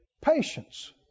patience